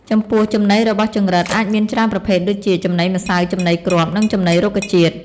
ចំពោះចំណីរបស់ចង្រិតអាចមានច្រើនប្រភេទដូចជា ចំណីម្សៅ ចំណីគ្រាប់ និងចំណីរុក្ខជាតិ។